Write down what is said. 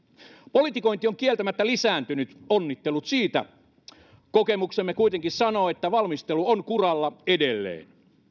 politikointi on kieltämättä lisääntynyt onnittelut siitä kokemuksemme kuitenkin sanoo että valmistelu on kuralla edelleen